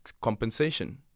compensation